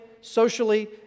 socially